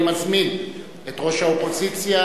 אני מזמין את ראש האופוזיציה,